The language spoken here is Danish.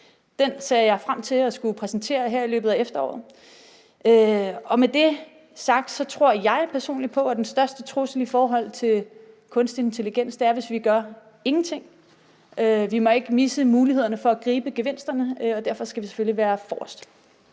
Den ser jeg frem til at kunne præsentere her i løbet af efteråret, og med det sagt tror jeg personligt på, at den største trussel i forhold til kunstig intelligens er, hvis vi gør ingenting. Vi må ikke misse mulighederne for at gribe gevinsterne, og derfor skal vi selvfølgelig være forrest.